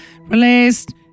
released